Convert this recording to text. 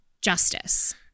justice